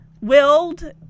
willed